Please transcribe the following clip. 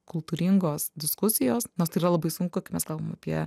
kultūringos diskusijos nors tai yra labai sunku kai mes kalbam apie